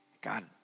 God